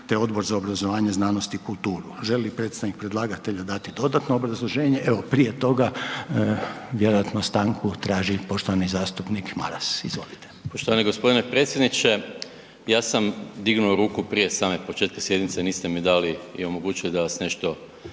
te Odbor za obrazovanje, znanost i kulturu. Želi li predstavnik predlagatelja dati dodatno obrazloženje? Evo, prije toga vjerojatno stranku traži poštovani zastupnik Maras, izvolite. **Maras, Gordan (SDP)** Poštovani g. predsjedniče, ja sam dignuo ruku prije same početka sjednice, niste mi dali i omogućili da vas nešto